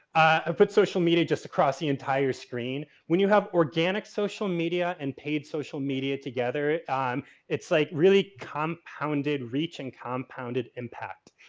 ah put social media just across the entire screen. when you have organic social media and paid social media together um it's like really compounded reach and compounded impact.